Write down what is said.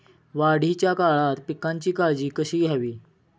वाढीच्या काळात पिकांची काळजी कशी घ्यावी?